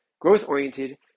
growth-oriented